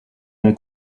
mon